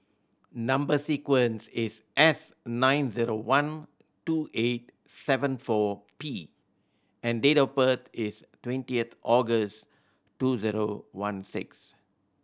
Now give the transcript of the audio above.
number sequence is S nine zero one two eight seven four P and date of birth is twenty August two zero one six